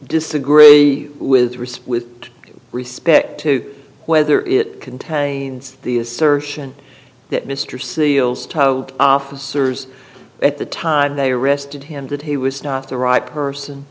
disagree with risp with respect to whether it contains the assertion that mr seals told officers at the time they arrested him that he was not the right person